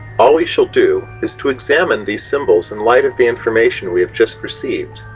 all we shall do is to examine these symbols in light of the information we have just received,